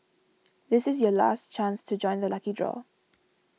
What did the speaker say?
this is your last chance to join the lucky draw